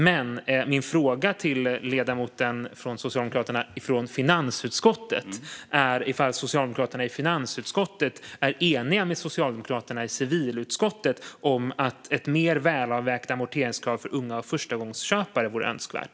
Men min fråga till den socialdemokratiske ledamoten från finansutskottet är om Socialdemokraterna i finansutskottet är eniga med Socialdemokraterna i civilutskottet om att ett mer välavvägt amorteringskrav för unga och förstagångsköpare vore önskvärt.